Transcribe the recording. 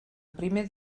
primer